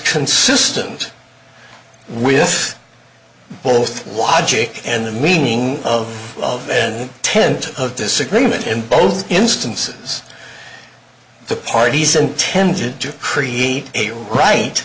consistent with both logic and the meaning of the tent of disagreement in both instances the parties intended to create a right